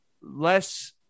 less